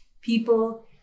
people